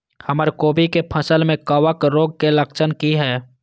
हमर कोबी के फसल में कवक रोग के लक्षण की हय?